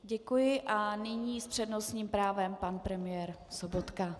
Děkuji a nyní s přednostním právem pan premiér Sobotka.